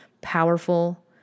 powerful